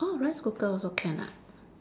orh rice cooker also can ah